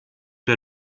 der